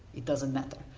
it doesn't matter.